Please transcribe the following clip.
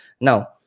Now